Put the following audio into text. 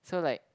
so like